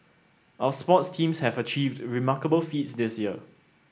our sports teams have achieved remarkable feats this year